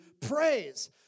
praise